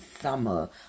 Summer